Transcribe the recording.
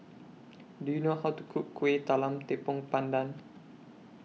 Do YOU know How to Cook Kuih Talam Tepong Pandan